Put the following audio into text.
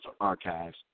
Archives